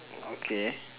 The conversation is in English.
okay